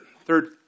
Third